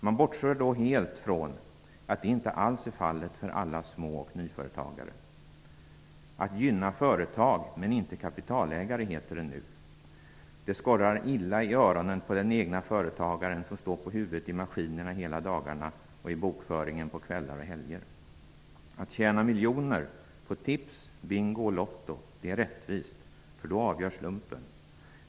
Man bortser då helt från att så inte alls är fallet för alla små och nyföretagare. Nu heter det att man skall gynna företag men inte kapitalägare. Det skorrar illa i öronen på den egna företagaren som står på huvudet i maskinerna hela dagarna och i bokföringen på kvällar och helger. Att tjäna miljoner på tips, bingo och lotto där slumpen avgör är rättvist.